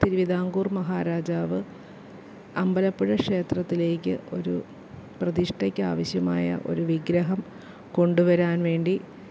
തിരുവിതാംകൂർ മഹാരാജാവ് അമ്പലപ്പുഴ ക്ഷേത്രത്തിലേക്ക് ഒരു പ്രതിഷ്ഠക്കാവശ്യമായ ഒരു വിഗ്രഹം കൊണ്ടുവരാൻ വേണ്ടി